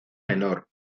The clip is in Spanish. menor